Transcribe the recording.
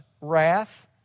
wrath